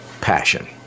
passion